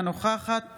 אינה נוכחת